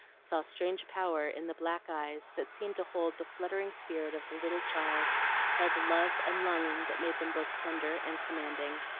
saw strange power in the black eyes that seemed to hold the fluttering spirit of the little child by the love and longing that made them both tender and commanding.